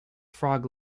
frog